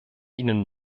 ihnen